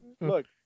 look